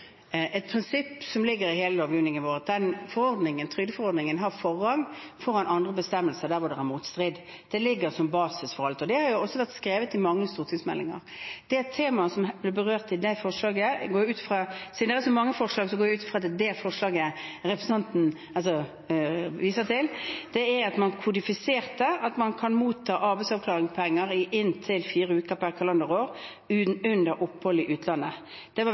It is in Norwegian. et prinsipp, som ligger i hele lovgivningen vår, om at trygdeforordningen har forrang foran andre bestemmelser der det er motstrid. Det ligger som basis for alt. Det har også vært skrevet i mange stortingsmeldinger. Det tema som er berørt i det forslaget – siden det er så mange forslag, går jeg ut fra at det er det forslaget representanten viser til – er at man kodifiserte at man kan motta arbeidsavklaringspenger i inntil fire uker per kalenderår under opphold i utlandet. Dette var ikke en praksisendring eller en innstramming, det var